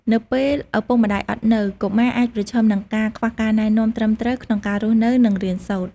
នៅពេលឪពុកម្ដាយអត់នៅ កុមារអាចប្រឈមនឹងការខ្វះការណែនាំត្រឹមត្រូវក្នុងការរស់នៅ និងរៀនសូត្រ។